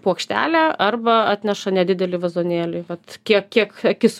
puokštelę arba atneša nedidelį vazonėlį vat kiek kiek akis